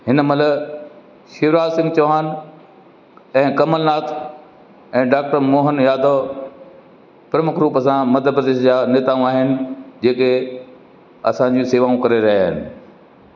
हिनमहिल शिवराज सिंग चौहान ऐं कमलनाथ ऐं डॉक्टर मोहन यादव प्रमुख रूप सां मध्य प्रदेश जा नेताऊं आहिनि जेके असांजी शेवाऊं करे रहिया आहिनि